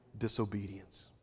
disobedience